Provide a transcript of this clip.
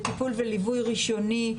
וטיפול וליווי ראשוני,